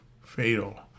fatal